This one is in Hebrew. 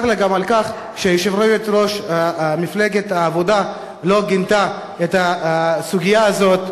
צר לי גם על כך שיושבת-ראש מפלגת העבודה לא גינתה את הסוגיה הזאת.